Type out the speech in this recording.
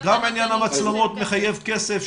גם עניין המצלמות מחייב כסף.